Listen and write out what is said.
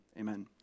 amen